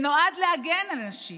שנועד להגן על נשים.